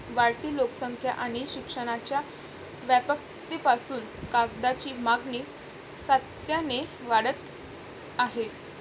वाढती लोकसंख्या आणि शिक्षणाच्या व्यापकतेपासून कागदाची मागणी सातत्याने वाढत आहे